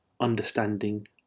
understanding